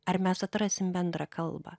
ar mes atrasim bendrą kalbą